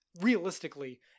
realistically